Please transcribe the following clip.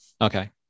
Okay